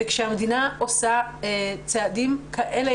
וכאשר המדינה עושה צעדים כאלה,